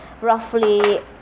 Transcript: roughly